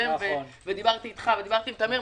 ודיברתי איתך ועם טמיר,